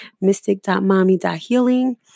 mystic.mommy.healing